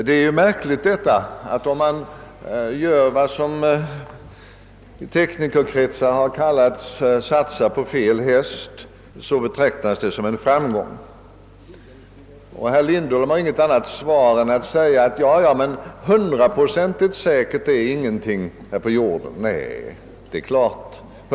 Det är märkligt att om man gör vad som i teknikerkretsar kallas att satsa på fel häst betraktas det som en framgång. Herr Lindholm har inget annat att säga än att hundraprocentigt säkert är ingenting på jorden.